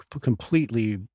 completely